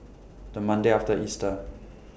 The Monday after Easter